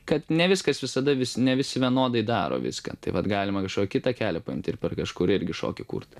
kad ne viskas visada vis ne visi vienodai daro viską tai vat galima kažkokį kitą kelią paimt ir per kažkur irgi šokį kurti